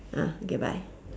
ah okay bye